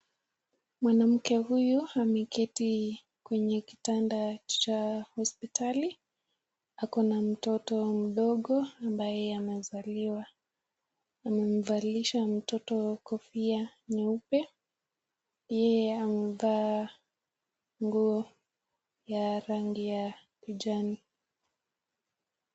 Mwanamke huyu ameketi kwenye kitanda cha hospitali ako na mtoto mdogo ambaye amezaliwa. Amemvalisha mtoto kofia nyeupe, yeye amevaa nguo ya rangi ya kijani.